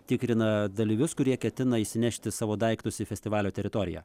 tikrina dalyvius kurie ketina įsinešti savo daiktus į festivalio teritoriją